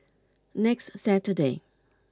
next saturday